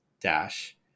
Dash